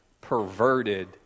perverted